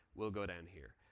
we'll go down here.